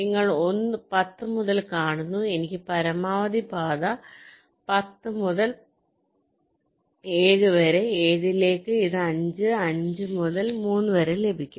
നിങ്ങൾ 10 മുതൽ കാണുന്നു എനിക്ക് പരമാവധി പാത്ത് 10 മുതൽ 7 വരെ 7 ലേക്ക് ഇത് 5 5 മുതൽ 3 വരെ ലഭിക്കും